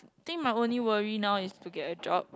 think my only worry now is to get a job